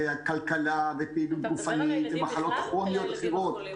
והכלכלה ופעילות גופנית ומחלות כרוניות אחרות.